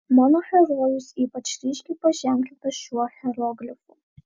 mano herojus ypač ryškiai paženklintas šiuo hieroglifu